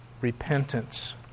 repentance